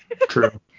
True